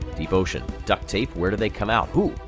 deep ocean, ducktape where do they come out? ooh,